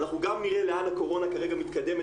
אנחנו גם נראה לאן הקורונה כרגע מתקדמת